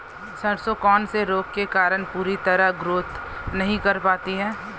सरसों कौन से रोग के कारण पूरी तरह ग्रोथ नहीं कर पाती है?